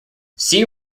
see